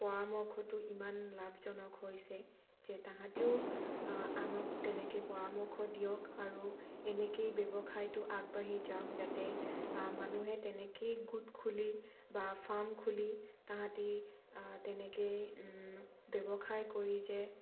পৰামৰ্শটো ইমান লাভজনক হৈছে যে তাহাঁতিও আনক তেনেকৈ পৰামৰ্শ দিয়ক আৰু এনেকেই ব্যৱসায়টো আগবাঢ়ি যাওক যাতে মানুহে তেনেকেই গোট খুলি বা ফাৰ্ম খুলি তাহাঁতে তেনেকেই ব্যৱসায় কৰি যে